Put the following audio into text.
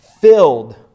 filled